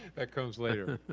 that comes later.